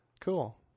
Cool